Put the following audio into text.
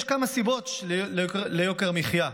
יש כמה סיבות ליוקר המחיה,